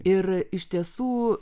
ir iš tiesų